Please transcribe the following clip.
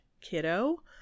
kiddo